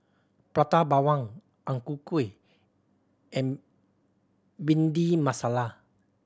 Prata Bawang Ang Ku Kueh and Bhindi Masala